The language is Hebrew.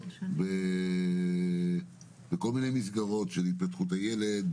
בכל מיני מסגרות של התפתחות הילד,